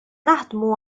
naħdmu